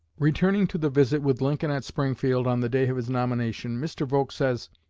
returning to the visit with lincoln at springfield on the day of his nomination, mr. volk says.